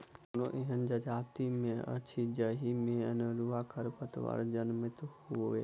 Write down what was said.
कोनो एहन जजाति नै अछि जाहि मे अनेरूआ खरपात नै जनमैत हुए